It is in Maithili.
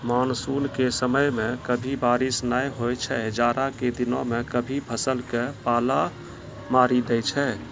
मानसून के समय मॅ कभी बारिश नाय होय छै, जाड़ा के दिनों मॅ कभी फसल क पाला मारी दै छै